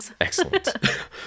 Excellent